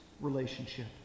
relationship